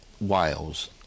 Wales